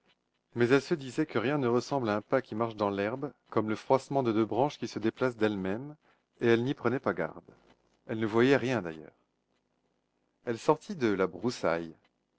mais elle se disait que rien ne ressemble à un pas qui marche dans l'herbe comme le froissement de deux branches qui se déplacent d'elles-mêmes et elle n'y prenait pas garde elle ne voyait rien d'ailleurs elle sortit de la broussaille